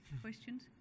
questions